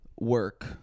work